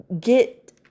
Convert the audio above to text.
get